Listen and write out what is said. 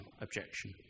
objection